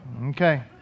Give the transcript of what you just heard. Okay